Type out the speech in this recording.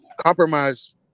Compromise